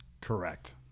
Correct